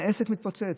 העסק מתפוצץ,